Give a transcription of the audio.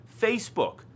Facebook